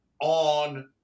on